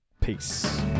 Peace